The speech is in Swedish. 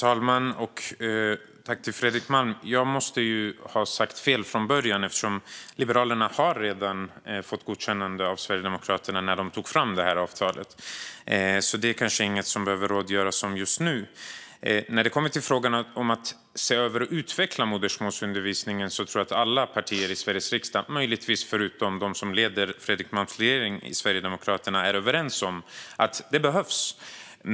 Herr talman! Jag måste ha sagt fel från början. Liberalerna fick ett godkännande från Sverigedemokraterna redan när de tog fram det här avtalet, så detta är kanske ingenting som behöver rådgöras om just nu. När det gäller frågan om att se över och utveckla modersmålsundervisningen tror jag att alla partier i Sveriges riksdag, möjligtvis förutom det parti som leder Fredrik Malms regering, alltså Sverigedemokraterna, är överens om att detta behövs.